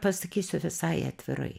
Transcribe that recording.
pasakysiu visai atvirai